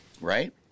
right